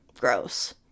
Gross